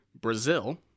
brazil